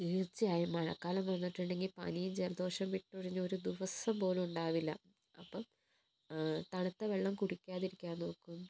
തീർച്ചയായും മഴക്കാലം വന്നിട്ടുണ്ടെങ്കിൽ പനിയും ജലദോഷവും വിട്ടൊഴിഞ്ഞ ഒരു ദിവസം പോലും ഉണ്ടാവില്ല അപ്പം തണുത്ത വെള്ളം കുടിക്കാതിരിക്കാൻ നോക്കും